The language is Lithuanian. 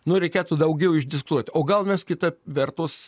nu reikėtų daugiau išdiskutuot o gal mes kita vertus